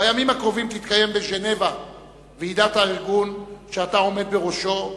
בימים הקרובים תתקיים בז'נבה ועידת הארגון שאתה עומד בראשו,